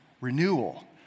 renewal